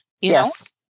Yes